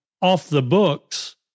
off-the-books